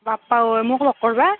বাপ্পা ঐ মোক লগ কৰ্বা